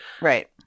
Right